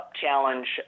challenge